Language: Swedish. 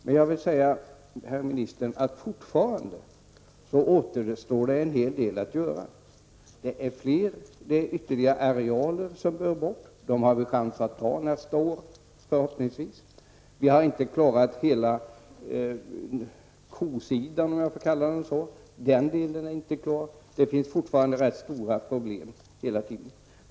Men jag vill säga herr ministern att fortfarande återstår det en hel del att göra. Ytterligare arealer bör bort. Dem har vi chans att ta nästa år, förhoppningsvis. Vi har inte klarat hela kosidan, om jag får kalla den så. Den delen är inte klar. Det finns fortfarande rätt stora problem hela tiden.